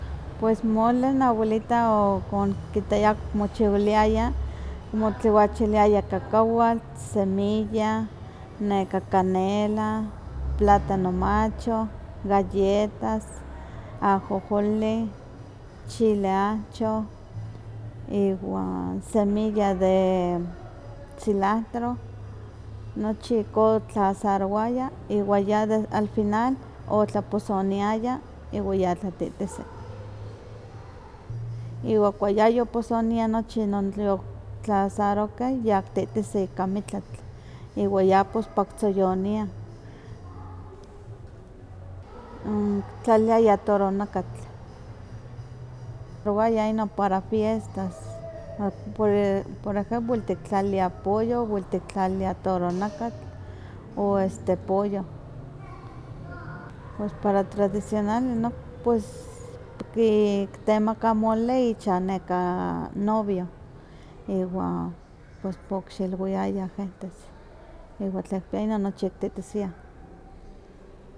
Pues mole noawelita okon nikitaya kimochiwiliaya kimotliwachiliaya kakawatl, semilla, neka canela, platano macho, galletas, ajojolin, chile ahchoh, iwan semilla de cilahtro, nochi ihkon tlasarowaya, iwa ya al final otlaposoniaya iwa ya tlatihtisi. Iwa kuak yayoposonia yon nochi tlasarohkeh, ya kitihtisi ika metlatl, iwa ya paompa kitzoyoniah. Kitlaliaya toronakatl, ktowaya inon para fiestas, a por ejemplo wel tiktlaliliaya pollo, wel tiktlaliliaya toronakatl o este pollo, pues para tradicional inon tiktemaka mole ichah novio, iwa pos pokxilwiaya gentes, iwa tlen kipia inon nochi kititisiah.